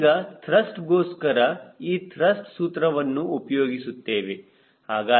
ಈಗ ತ್ರಸ್ಟ್ ಗೋಸ್ಕರ ಈ ತ್ರಸ್ಟ್ ಸೂತ್ರವನ್ನು ಉಪಯೋಗಿಸುತ್ತೇವೆ